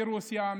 מרוסיה,